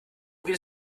geht